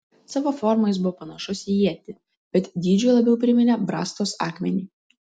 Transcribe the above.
savo forma jis buvo panašus į ietį bet dydžiu labiau priminė brastos akmenį